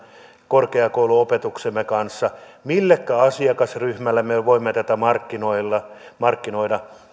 korkeakouluopetuksemme kanssa ja millekä asiakasryhmälle me voimme tätä markkinoida